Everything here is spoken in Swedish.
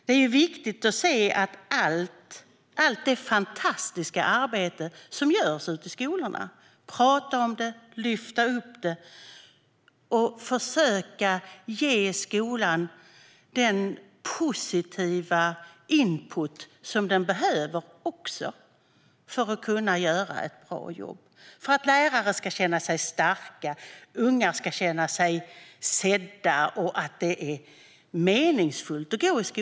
Det är viktigt att se allt det fantastiska arbete som görs ute i skolorna, att prata om det och att lyfta upp det. Vi ska försöka ge skolan den positiva input som den också behöver för att kunna göra ett bra jobb, för att lärare ska känna sig starka och för att unga ska känna sig sedda och känna att det är meningsfullt att gå i skolan.